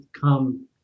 come